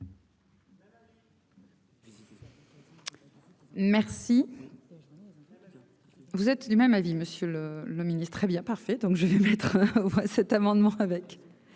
elle. Vous êtes du même avis, monsieur le le ministre, très bien parfait, donc je vais mettre cet amendement avec